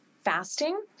fasting